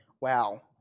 wow